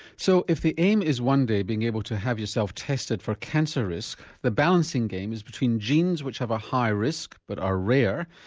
so if the aim is one day being able to have yourself tested for cancer risk, the balancing game is between genes which have a high risk but are rare,